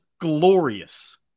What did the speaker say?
glorious